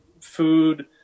food